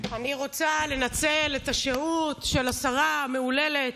אני רוצה לנצל את השהות של השרה המהוללת,